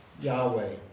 Yahweh